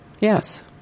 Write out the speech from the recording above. Yes